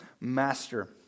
Master